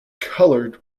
colored